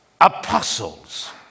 apostles